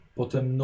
potem